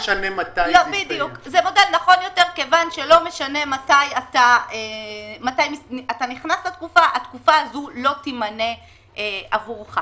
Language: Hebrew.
כי לא משנה מתי אתה נכנס לתקופה התקופה הזאת לא תימנה עבורך.